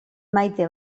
maite